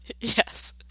Yes